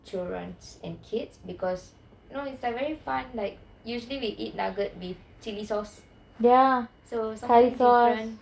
children's and kids because you know it's like very fine like usually we eat nugget with chilli sauce so something different